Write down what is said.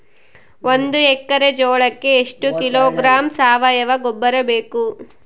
ಒಂದು ಎಕ್ಕರೆ ಜೋಳಕ್ಕೆ ಎಷ್ಟು ಕಿಲೋಗ್ರಾಂ ಸಾವಯುವ ಗೊಬ್ಬರ ಬೇಕು?